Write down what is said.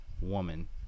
woman